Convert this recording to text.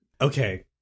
Okay